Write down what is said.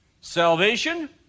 salvation